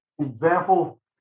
example